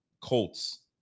Colts